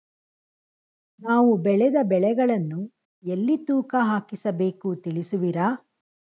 ನಾವು ಬೆಳೆದ ಬೆಳೆಗಳನ್ನು ಎಲ್ಲಿ ತೂಕ ಹಾಕಿಸಬೇಕು ತಿಳಿಸುವಿರಾ?